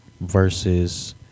versus